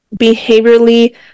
behaviorally